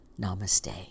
Namaste